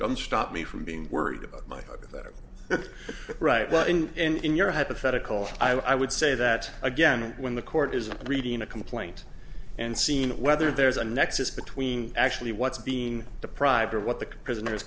doesn't stop me from being worried about my daughter right but and in your hypothetical i would say that again when the court is reading a complaint and seen whether there's a nexus between actually what's being deprived or what the prisoners